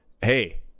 hey